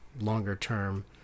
longer-term